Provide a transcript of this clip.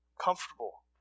comfortable